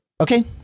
Okay